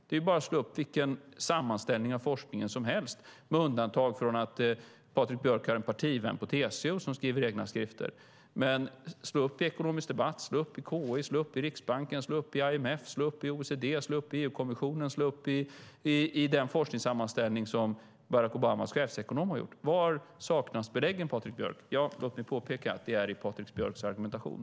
Det är bara att slå upp vilken sammanställning av forskningen som helst, med undantag från en partivän till Patrik Björck i TCO som skriver egna skrifter. Men slå upp i de forskningssammanställningar som gjorts av Ekonomisk Debatt, KI, Riksbanken, IMF, OECD, EU-kommissionen och i den forskningssammanställning som Barack Obamas chefsekonom har gjort. Var saknas beläggen, Patrik Björck? Ja, låt mig påpeka att det är i Patrik Björcks argumentation.